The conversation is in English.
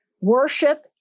worship